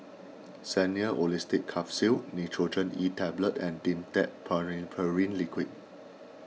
Xenical Orlistat Capsules Nurogen E Tablet and Dimetapp Phenylephrine Liquid